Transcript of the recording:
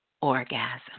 orgasm